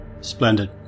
splendid